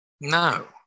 no